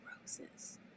Roses